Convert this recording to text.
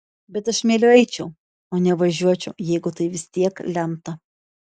bet aš mieliau eičiau o ne važiuočiau jeigu tai vis tiek lemta